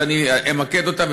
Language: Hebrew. ואני אמקד אותה,